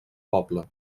poble